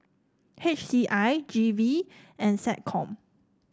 H C I G V and SecCom